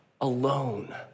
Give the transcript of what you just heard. alone